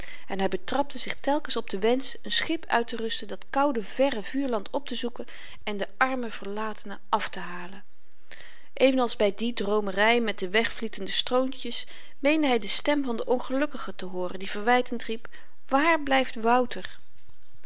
en hy betrapte zich telkens op den wensch n schip uitterusten dat koude verre vuurland optezoeken en den armen verlatene aftehalen even als by die droomery met de wegvlietende strootjes meende hy de stem van den ongelukkige te hooren die verwytend riep waar blyft wouter